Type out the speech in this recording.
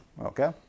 Okay